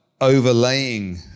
overlaying